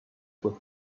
with